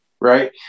Right